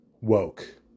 woke